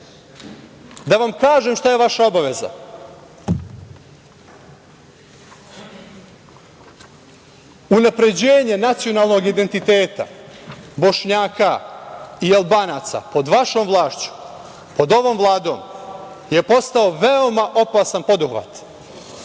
da vam kažem šta je vaša obaveza. Unapređenje nacionalnog identiteta Bošnjaka i Albanaca pod vašom vlašću, pod ovom Vladom je postao veoma opasan poduhvat. Država